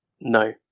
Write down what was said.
No